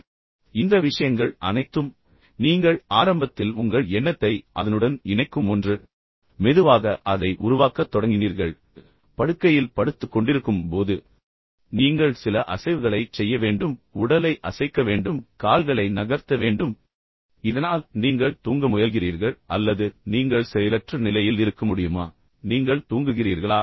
எனவே இந்த விஷயங்கள் அனைத்தும் மீண்டும் நீங்கள் ஆரம்பத்தில் உங்கள் எண்ணத்தை அதனுடன் இணைக்கும் ஒன்று ஆனால் பின்னர் மெதுவாக அதை உருவாக்கத் தொடங்கினீர்கள் பின்னர் படுக்கையில் படுத்துக் கொண்டிருக்கும் போது நீங்கள் சில அசைவுகளைச் செய்ய வேண்டும் நீங்கள் உங்கள் உடலை அசைக்க வேண்டும் உங்கள் கால்களை நகர்த்த வேண்டும் இதனால் நீங்கள் தூங்க முயல்கிறீர்கள் அல்லது நீங்கள் செயலற்ற நிலையில் இருக்க முடியுமா பின்னர் நீங்கள் தூங்குகிறீர்களா